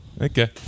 okay